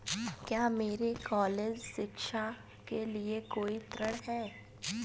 क्या मेरे कॉलेज शिक्षा के लिए कोई ऋण है?